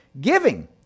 Giving